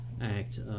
Act